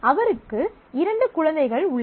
அவருக்கு இரண்டு குழந்தைகள் உள்ளனர்